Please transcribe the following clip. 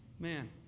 Man